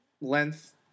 length